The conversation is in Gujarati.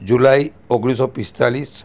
જુલાઈ ઓગણીસસો પિસ્તાળીસ